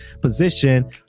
position